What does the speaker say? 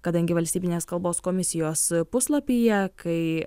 kadangi valstybinės kalbos komisijos puslapyje kai